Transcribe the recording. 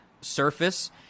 surface